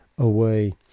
away